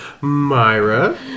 Myra